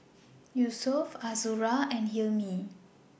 Yusuf Azura and Hilmi